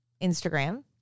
Instagram